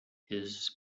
his